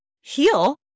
heal